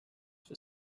for